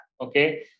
okay